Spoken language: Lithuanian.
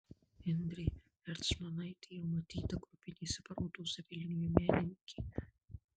indrė ercmonaitė jau matyta grupinėse parodose vilniuje menininkė